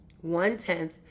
One-tenth